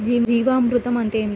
జీవామృతం అంటే ఏమిటి?